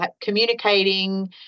communicating